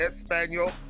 Espanol